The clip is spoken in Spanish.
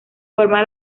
forma